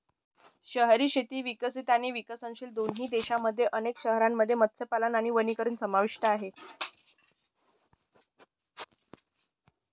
शहरी शेती विकसित आणि विकसनशील दोन्ही देशांमधल्या अनेक शहरांमध्ये मत्स्यपालन आणि वनीकरण समाविष्ट आहे